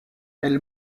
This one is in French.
elle